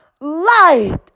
Light